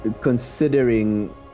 considering